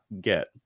get